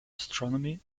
astronomy